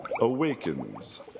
awakens